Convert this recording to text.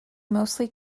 mostly